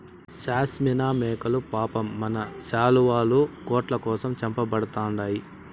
షాస్మినా మేకలు పాపం మన శాలువాలు, కోట్ల కోసం చంపబడతండాయి